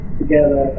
together